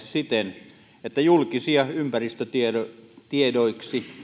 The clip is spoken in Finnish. siten että julkisia ympäristötiedoiksi